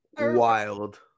wild